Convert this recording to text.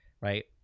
right